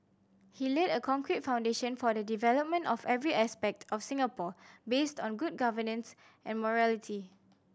he laid a concrete foundation for the development of every aspect of Singapore based on good governance and morality